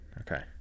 Okay